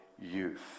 youth